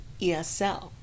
ESL